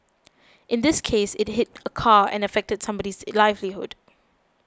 in this case it hit a car and affected somebody's livelihood